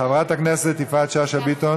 חברת הכנסת יפעת שאשא ביטון